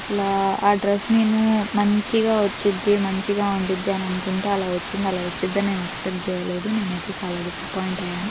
అసలు ఆ డ్రెస్ నేను మంచిగా వచిద్ది మంచిగా ఉండిద్ది అని అనుకుంటే అలా వచ్చింది అలా వచ్చిది నేను ఎక్స్పెక్ట్ చెయ్యలేదు నేనైతే చాలా డిసప్పోయింట్ అయ్యాను